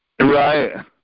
Right